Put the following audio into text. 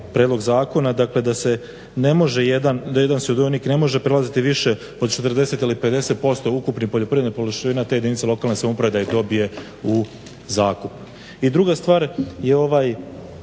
predlog zakona, dakle da se ne može jedan, da jedan sudionik ne može prelaziti više od 40 ili 50% ukupnih poljoprivrednih površina te jedinica lokalne samouprave da ih dobije u zakup. I druga stvar, dakle